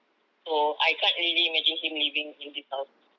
so I can't really imagine him living in this house